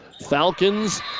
Falcons